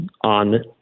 on